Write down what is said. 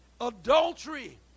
adultery